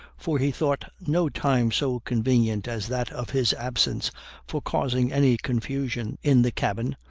for he thought no time so convenient as that of his absence for causing any confusion in the cabin,